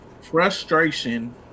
Frustration